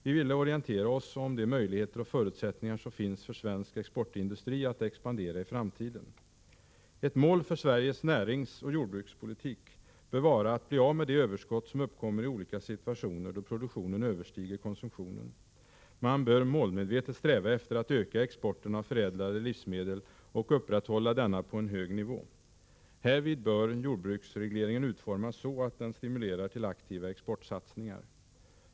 Vi ville orientera oss om de möjligheter och förutsättningar som finns för svensk exportindustri att expandera i framtiden. Ett mål för Sveriges näringsoch jordbrukspolitik bör vara att bli av med de överskott som uppkommer i olika situationer då produktionen överstiger konsumtionen. Man bör målmedvetet sträva efter att öka exporten av förädlade livsmedel och upprätthålla denna på en hög nivå. Härvid bör jordbruksregleringen utformas så att den stimulerar till aktiva exportsatsningar.